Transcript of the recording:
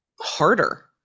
Harder